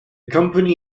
company